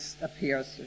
appears